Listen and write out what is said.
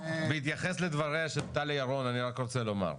בהתייחס לדבריה של טלי ירון אני רק רוצה לומר,